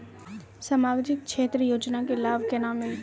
समाजिक क्षेत्र के योजना के लाभ केना मिलतै?